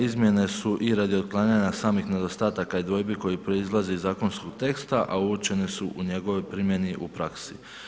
Izmjene su i radi otklanjanja samih nedostataka i dvojbi koje proizlaze iz zakonskog teksta a uočene su u njegovoj primjeni u praksi.